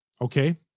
Okay